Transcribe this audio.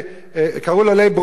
קראו לו לייב ברונשטיין,